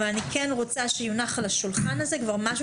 אבל אני כן רוצה שיונח על השולחן הזה כבר משהו